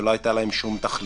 שלא הייתה להם שום תכלית.